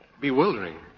Bewildering